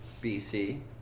BC